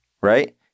right